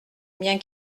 bien